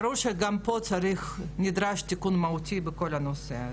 ברור שגם פה נדרש תיקון מהותי בכל הנושא הזה.